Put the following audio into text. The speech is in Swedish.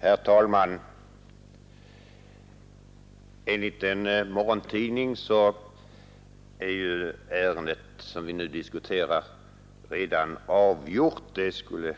Herr talman! Enligt en morgontidning är ju det ärende som vi nu diskuterar redan avgjort. Det skulle